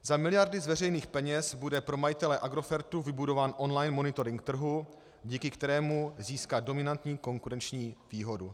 Za miliardy z veřejných peněz bude pro majitele Agrofertu vybudován online monitoring trhu, díky kterému získá dominantní konkurenční výhodu.